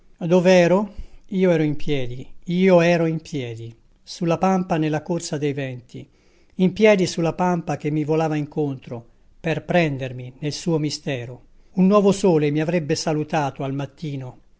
dov'ero io ero in piedi io ero in piedi sulla pampa nella corsa dei venti in piedi sulla pampa che mi volava incontro per prendermi nel suo mistero un nuovo sole mi avrebbe salutato al mattino